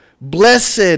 Blessed